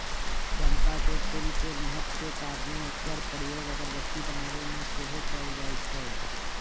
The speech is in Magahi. चंपा के फूल के महक के कारणे एकर प्रयोग अगरबत्ती बनाबे में सेहो कएल जाइ छइ